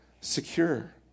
secure